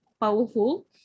powerful